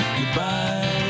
Goodbye